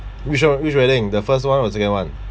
which [one] which wedding the first [one] or second [one]